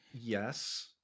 Yes